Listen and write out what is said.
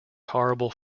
horrible